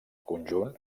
conjunt